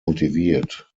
motiviert